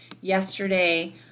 yesterday